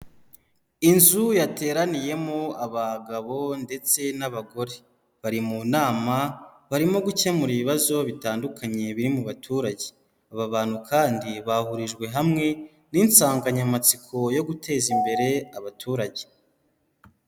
Inzu yateraniyemo abagabo ndetse n'abagore, bari mu nama barimo gukemura ibibazo bitandukanye biri mu baturage, aba bantu kandi bahurijwe hamwe n'insanganyamatsiko yo guteza imbere abaturage.